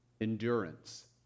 endurance